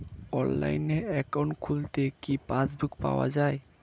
অনলাইনে একাউন্ট খুললে কি পাসবুক পাওয়া যায়?